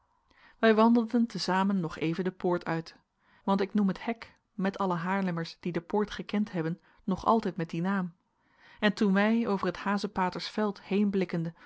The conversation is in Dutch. wij wandelden tezamen nog even de poort uit want ik noem het hek met alle haarlemmers die de poort gekend hebben nog altijd met dien naam en toen wij over het hazepatersveld heenblikkende